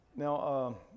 Now